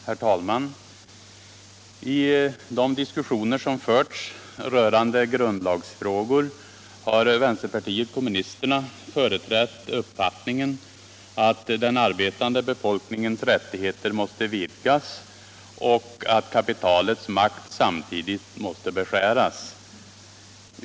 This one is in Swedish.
Herr talman! I de diskussioner som förts rörande grundlagsfrågor har vänsterpartiet kommunisterna företrätt uppfattningen att den arbetande befolkningens rättigheter måste vidgas och att kapitalets makt samtidigt måste beskäras.